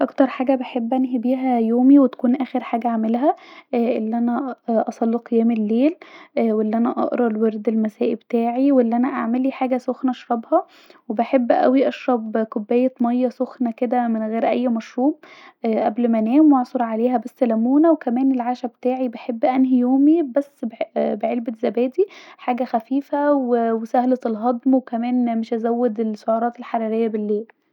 اكتر حاجه بحب انهي بيها يومي وتكون اخر حاجه اعملها أن انا اصلي قيام الليل وان انا اقري الورد المسائي بتاعي وان انا اعملي حاجه سخنه اشربها وبحب اوي اشرب كوبايه مايه سخنه كدا من غير اي مشروب قبل ما انام واعصر عليها نص لمونه وكمان العشا بتاعي بحب انهي يومي بس بب بعلبه ذبادي حاجه خفيفه وسهله الهضم وكمان مش ازود السرعات الحرارية بليل